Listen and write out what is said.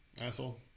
asshole